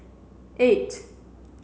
eight